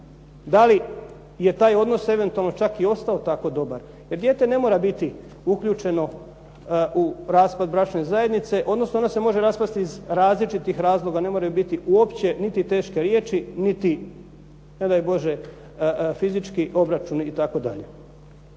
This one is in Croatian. da li je taj odnos eventualno čak i ostao tako dobar jer dijete ne mora biti uključeno u raspad bračne zajednice, odnosno ona se može raspasti iz različitih razloga. Ne moraju biti uopće niti teške riječi niti ne daj Bože fizički obračuni itd.